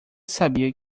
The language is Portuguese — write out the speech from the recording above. sabia